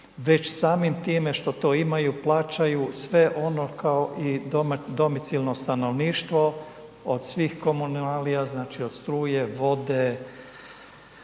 već samim time što to imaju plaćaju sve ono kao i domicilno stanovništvo, od svih komunalija, znači od struje, vode,